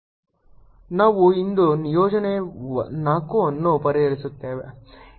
ನಾವು ಇಂದು ನಿಯೋಜನೆ 4 ಅನ್ನು ಪರಿಹರಿಸುತ್ತೇವೆ